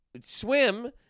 swim